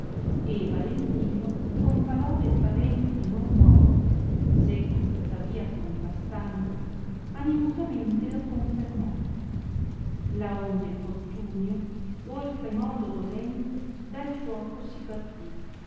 e valentino con parole tra denti non morte seco tuttavia contrastando animosamente lo confermò laonde fortunio oltre modo dolente dal giuoco si partì